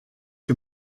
que